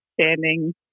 standing